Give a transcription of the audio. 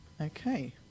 Okay